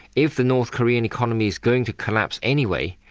if the north korean economy is going to collapse anyway,